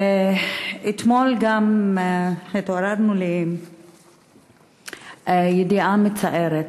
אתמול התעוררנו לידיעה מצערת,